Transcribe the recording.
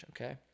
Okay